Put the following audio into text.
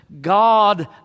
God